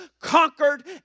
conquered